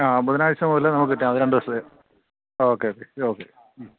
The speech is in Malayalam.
ആ ബുധനാഴ്ച മുതല് നമുക്കു കിട്ടും ഓക്കെ ഓക്കെ ഓക്കെ